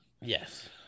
yes